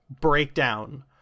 breakdown